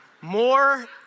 More